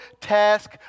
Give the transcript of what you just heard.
task